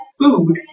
food